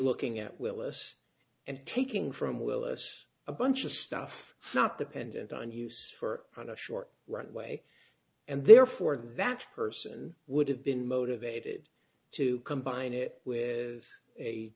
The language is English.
looking at willis and taking from well as a bunch of stuff not dependent on use for a short runway and therefore that person would have been motivated to combine it with a